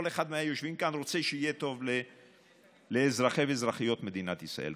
כל אחד מהיושבים כאן רוצה שיהיה טוב לאזרחי ואזרחיות מדינת ישראל,